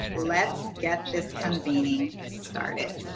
let's get this convening started.